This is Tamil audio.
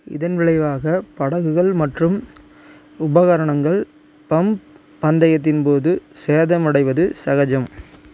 இதன் விளைவாக படகுகள் மற்றும் உபகரணங்கள் பம்ப் பந்தயத்தின் போது சேதமடைவது சகஜம்